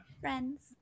Friends